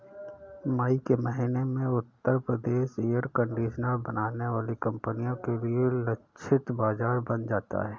मई के महीने में उत्तर प्रदेश एयर कंडीशनर बनाने वाली कंपनियों के लिए लक्षित बाजार बन जाता है